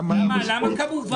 למה זה כמובן?